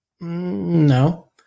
No